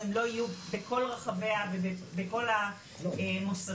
אם הן לא יהיו בכל רחבי ובכל המוסדות,